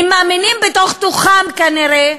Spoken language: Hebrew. הם מאמינים בתוך-תוכם, כנראה,